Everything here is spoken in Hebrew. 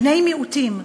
בני מיעוטים,